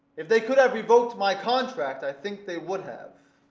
if they could have revoked my contract, i think they would have.